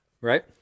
right